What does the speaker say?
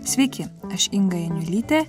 sveiki aš inga janiulytė